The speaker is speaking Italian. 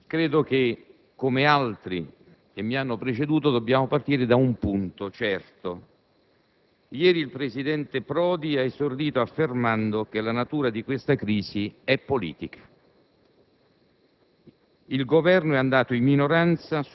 colleghi senatori, come altri che mi hanno preceduto, credo che dobbiamo partire da un punto certo: ieri, il presidente Prodi ha esordito affermando che la natura di questa crisi è politica,